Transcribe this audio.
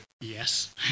Yes